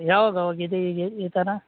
ಯಾವಾಗ ಹೋಗಿದೆ ಹೀಗೆ ಈ ಥರ